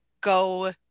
go